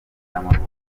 y’amavuko